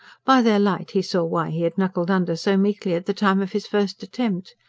by their light he saw why he had knuckled under so meekly, at the time of his first attempt.